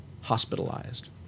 hospitalized